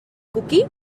coquí